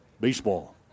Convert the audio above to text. Baseball